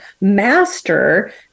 master